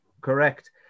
Correct